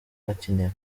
bakiniye